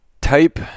type